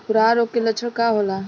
खुरहा रोग के लक्षण का होला?